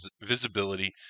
visibility